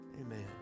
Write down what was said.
Amen